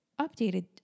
updated